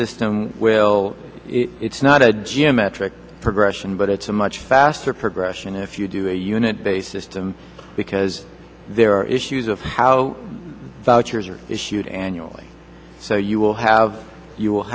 will it's not a geometric progression but it's a much faster progression if you do a unit based system because there are issues of how vouchers are issued annually so you will have you will